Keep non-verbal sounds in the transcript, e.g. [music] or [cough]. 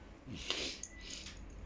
[breath] [breath]